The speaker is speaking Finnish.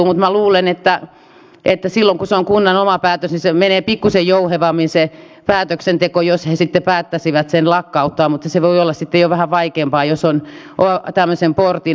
mutta minä luulen että silloin kun se on kunnan oma päätös niin se päätöksenteko menee pikkusen jouhevammin jos he sitten päättäisivät sen lakkauttaa mutta se voi olla sitten jo vähän vaikeampaa jos on tämmöisen portin avannut